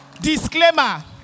Disclaimer